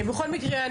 בכל מקרה,